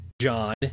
John